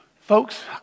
Folks